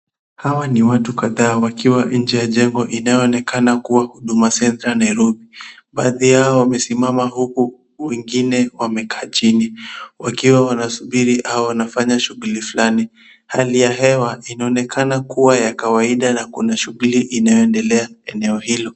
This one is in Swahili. Hawa ni watu kadhaa wakiwa nje ya jengo inayonekana kuwa huduma center Nairobi, baadhi yao wamesimama huku wengine wamekaa chini, Wakiwa wanasubiri au wanafanya shughuli fulani, hali ya hewa inaonekana kuwa ya kawaida na kuna shughuli inayoendelea eneo hilo.